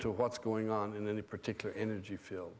to what's going on in any particular energy field